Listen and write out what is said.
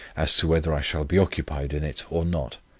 as to whether i shall be occupied in it or not.